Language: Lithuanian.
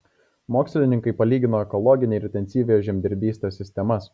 mokslininkai palygino ekologinę ir intensyviąją žemdirbystės sistemas